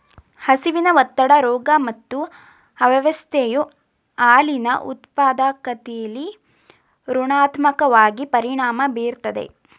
ಹಸಿವಿನ ಒತ್ತಡ ರೋಗ ಮತ್ತು ಅಸ್ವಸ್ಥತೆಯು ಹಾಲಿನ ಉತ್ಪಾದಕತೆಲಿ ಋಣಾತ್ಮಕವಾಗಿ ಪರಿಣಾಮ ಬೀರ್ತದೆ